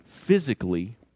physically